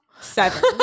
seven